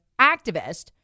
activist